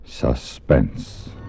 Suspense